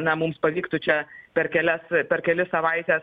na mums pavyktų čia per kelias per kelias savaites